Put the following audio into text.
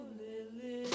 lily